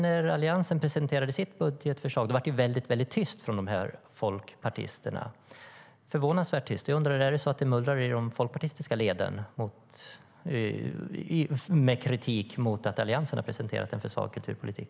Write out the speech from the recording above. När Alliansen sedan presenterade sitt budgetförslag blev det väldigt tyst från dessa folkpartister - förvånansvärt tyst. Jag undrar: Är det så att det mullrar i de folkpartistiska leden med kritik mot att Alliansen har presenterat en för svag kulturpolitik?